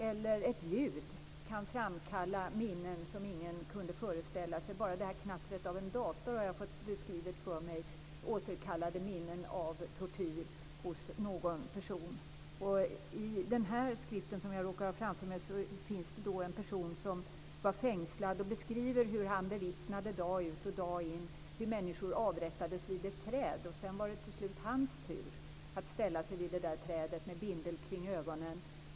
Även ett ljud kan framkalla minnen som ingen kunde föreställa sig. Bara knattret från en dator återkallade minnen av tortyr hos en person. I denna skrift, som jag råkar ha framför mig, återges hur en person som var fängslad dag ut och dag in bevittnade hur människor avrättades vid ett träd. Till slut var det hans tur att ställa sig vid detta träd med bindel för ögonen.